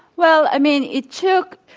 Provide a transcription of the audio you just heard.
well, i mean, it took,